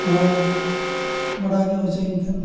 ᱟᱫᱚᱢ ᱵᱟᱰᱟᱭ ᱧᱚᱜ ᱦᱚᱪᱚᱧ ᱠᱷᱟᱱ